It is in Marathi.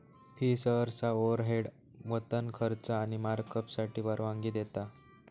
फी सहसा ओव्हरहेड, वेतन, खर्च आणि मार्कअपसाठी परवानगी देता